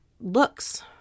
looks